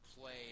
play